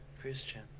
Christian